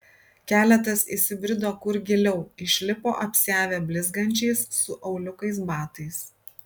keletas įsibrido kur giliau išlipo apsiavę blizgančiais su auliukais batais